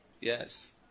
Yes